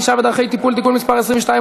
ענישה ודרכי טיפול) (תיקון מס' 22,